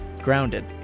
grounded